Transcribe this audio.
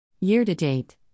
Year-to-date